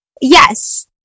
yes